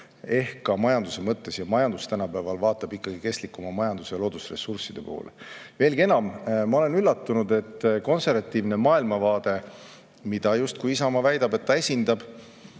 ehk ka majanduse mõttes, ja majandus tänapäeval vaatab ikkagi kestlikuma majanduse ja loodusressursside poole. Veelgi enam, ma olen üllatunud, et konservatiivne maailmavaade, mida Isamaa justkui väidab ennast esindavat,